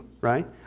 right